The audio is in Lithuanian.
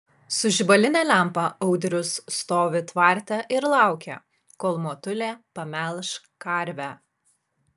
su žibaline lempa audrius stovi tvarte ir laukia kol motulė pamelš karvę